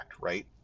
right